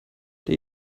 der